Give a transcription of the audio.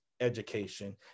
education